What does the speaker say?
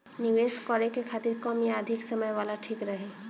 निवेश करें के खातिर कम या अधिक समय वाला ठीक रही?